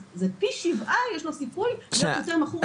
פי 7 יש לו סיכוי להיות יותר מכור.